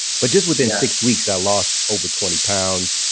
but just within six weeks i lost over twenty pounds.